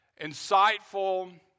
insightful